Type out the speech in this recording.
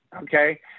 okay